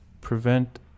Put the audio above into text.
prevent